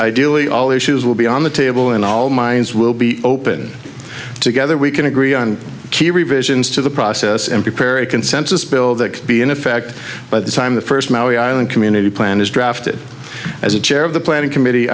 ideally all issues will be on the table and all minds will be open together we can agree on key revisions to the process and prepare a consensus bill that could be in effect by the time the first maoi i'll community plan is drafted as the chair of the planning committee